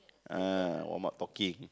uh warm-up talking